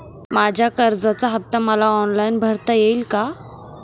माझ्या कर्जाचा हफ्ता मला ऑनलाईन भरता येईल का?